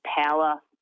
power